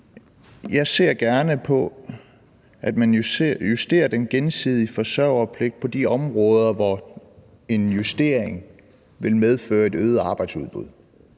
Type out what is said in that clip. Jeg ser gerne på, at man justerer den gensidige forsørgerpligt på de områder, hvor en justering vil medføre et øget arbejdsudbud,